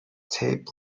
tape